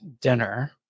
dinner